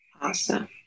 Awesome